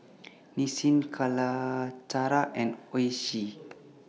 Nissin Calacara and Oishi